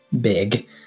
big